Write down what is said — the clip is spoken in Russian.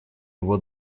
его